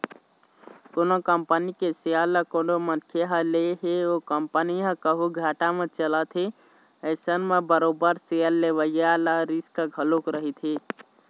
कोनो कंपनी के सेयर ल कोनो मनखे ह ले हे ओ कंपनी ह कहूँ घाटा म चलत हे अइसन म बरोबर सेयर लेवइया ल रिस्क घलोक रहिथे